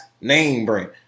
name-brand